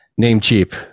Namecheap